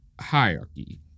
hierarchy